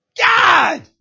God